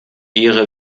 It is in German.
ihre